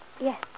Yes